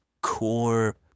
core